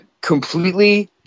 completely